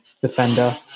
defender